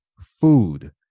food